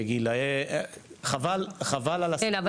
חבל --- כן,